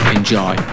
Enjoy